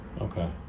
Okay